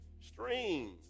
Streams